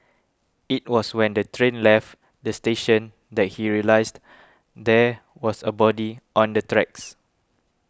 it was when the train left the station that he realised there was a body on the tracks